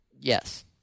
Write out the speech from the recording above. Yes